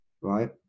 right